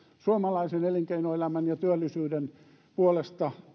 suomalaisen elinkeinoelämän ja työllisyyden puolesta